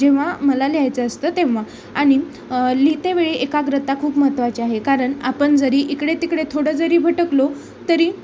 जेव्हा मला लिहायचं असतं तेव्हा आणि लिहिते वेळी एकाग्रता खूप महत्त्वाची आहे कारण आपण जरी इकडे तिकडे थोडं जरी भटकलो तरी